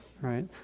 Right